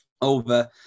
over